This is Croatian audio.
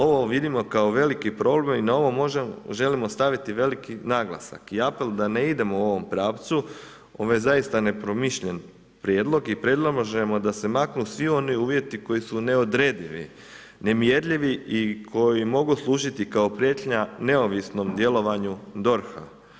Ovo vidimo kao veliki problem i na ovo želimo staviti naglasak i apel da ne idemo u ovom pravcu, ovo je zaista nepromišljen prijedlog i predlažemo da se maknu svu oni uvjeti koji su neodredivi, nemjerljivi i koji mogu služiti kao prijetnja neovisnom djelovanju DORH-a.